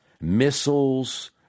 missiles